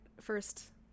first